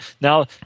now